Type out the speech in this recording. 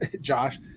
Josh